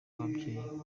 babyeyi